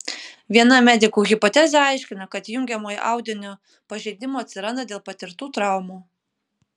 viena medikų hipotezė aiškina kad jungiamojo audinio pažeidimų atsiranda dėl patirtų traumų